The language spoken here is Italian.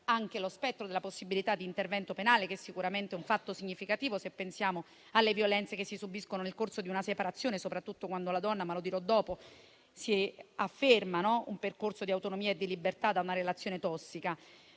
amplia lo spettro della possibilità di intervento penale, che sicuramente è un fatto significativo se pensiamo alle violenze che si subiscono nel corso di una separazione, soprattutto quando la donna - come dirò dopo - si afferma in un percorso di autonomia e di libertà da una relazione tossica.